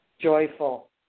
joyful